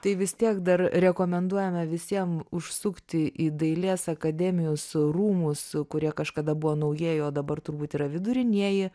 tai vis tiek dar rekomenduojame visiem užsukti į dailės akademijos rūmus kurie kažkada buvo naujieji o dabar turbūt yra vidurinieji